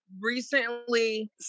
recently